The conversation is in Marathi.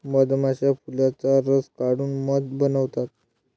मधमाश्या फुलांचा रस काढून मध बनवतात